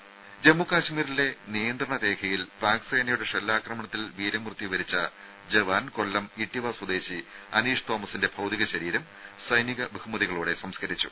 ദേദ ജമ്മുകശ്മീരിലെ നിയന്ത്രണ രേഖയിൽ പാക് സേനയുടെ ഷെൽ ആക്രമണത്തിൽ വീരമൃത്യുവരിച്ച ജവാൻ കൊല്ലം ഇട്ടിവ സ്വദേശി അനീഷ് തോമസിന്റെ ഭൌതിക ശരീരം സൈനിക ബഹുമതികളോടെ സംസ്കരിച്ചു